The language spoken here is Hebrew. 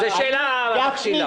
זו שאלה מכשילה.